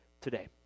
today